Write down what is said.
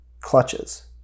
clutches